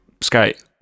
skate